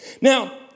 Now